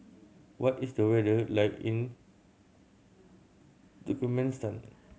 what is the weather like in Turkmenistan